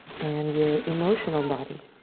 and your emotional body.